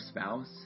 spouse